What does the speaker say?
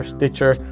Stitcher